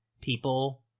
people